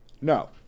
no